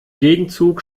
gegenzug